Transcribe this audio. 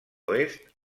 oest